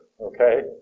okay